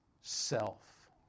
Self